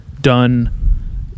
done